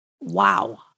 Wow